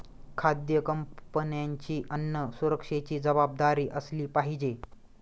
खाद्य कंपन्यांची अन्न सुरक्षेची जबाबदारी असली पाहिजे